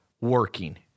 working